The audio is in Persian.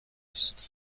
نیستند